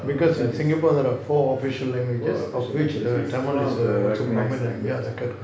because in singapore there are four official languages of which tamil is the